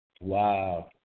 Wow